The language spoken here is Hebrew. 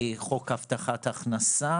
חוק הבטחת הכנסה,